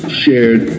shared